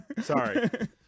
sorry